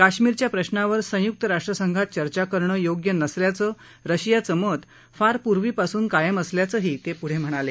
काश्मीरच्या प्रश्नावर संयुक्त राष्ट्रसंघात चर्चा करणं योग्य नसल्याचं रशियाचं मत फार पूर्वीपासून कायम असल्याचंही ते पुढे म्हणाले